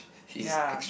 ya